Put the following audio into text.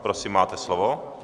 Prosím, máte slovo.